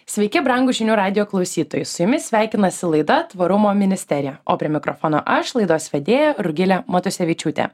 sveiki brangūs žinių radijo klausytojai su jumis sveikinasi laida tvarumo ministerija o prie mikrofono aš laidos vedėja rugilė matusevičiūtė